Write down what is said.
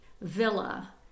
villa